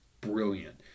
brilliant